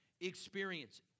experience